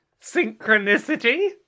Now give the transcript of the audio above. Synchronicity